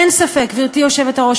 אין ספק, גברתי היושבת-ראש.